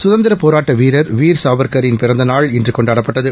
சுதந்திரப் போராட்ட வீரர் வீர் சாவர்க்கரின் பிறந்த நாள் இன்று கொண்டாடப்பட்டது